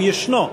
הוא ישנו,